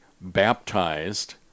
baptized